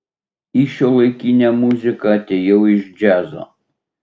į šiuolaikinę muziką atėjau iš džiazo